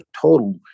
total